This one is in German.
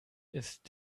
ist